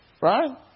right